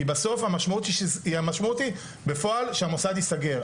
כי בסוף המשמעות היא בפועל שהמוסד ייסגר,